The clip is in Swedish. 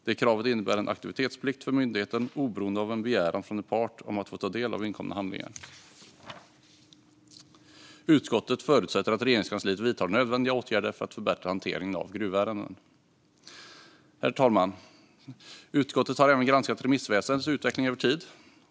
Det kravet innebär en aktivitetsplikt för myndigheten oberoende av en begäran från en part om att få ta del av inkomna handlingar. Utskottet förutsätter att Regeringskansliet vidtar nödvändiga åtgärder för att förbättra hanteringen av gruvärenden. Herr talman! Utskottet har även granskat remissväsendets utveckling över tid.